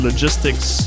logistics